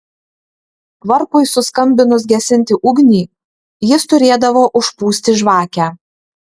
varpui suskambinus gesinti ugnį jis turėdavo užpūsti žvakę